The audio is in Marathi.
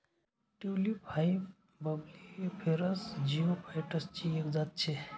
टयूलिप हाई बल्बिफेरस जिओफाइटसची एक जात शे